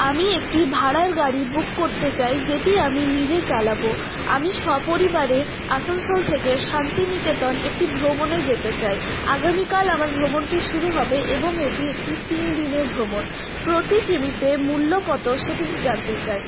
আমি একটি ভাড়ার গাড়ি বুক করতে চাই যেটি আমি নিজে চালাব আমি সপরিবারে আসানসোল থেকে শান্তিনিকেতন একটি ভ্রমণে যেতে চাই আগামীকাল আমার ভ্রমণটি শুরু হবে এবং এটি একটি তিনদিনের ভ্রমণ প্রতি কিমিতে মূল্য কত সেটি জানতে চাই